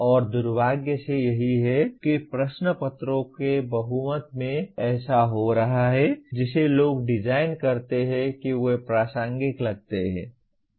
और दुर्भाग्य से यही है कि प्रश्न पत्रों के बहुमत में ऐसा हो रहा है जिसे लोग डिजाइन करते हैं कि वे प्रासंगिक लगते हैं